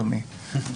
השאר.